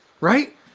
right